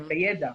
ואת הידע.